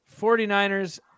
49ers